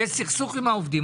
יש סכסוך עם העובדים.